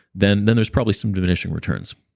then then there's probably some diminishing returns